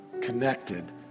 connected